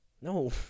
No